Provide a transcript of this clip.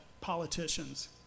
politicians